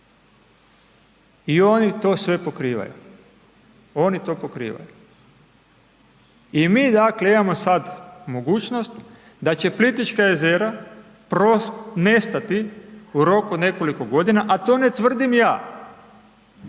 Oni to pokrivaju. I mi dakle imamo sad mogućnost da će Plitvička jezera nestati u roku nekoliko godina a to ne tvrdim ja